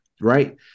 right